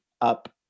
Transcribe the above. up